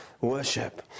worship